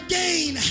gain